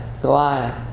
Goliath